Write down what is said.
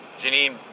Janine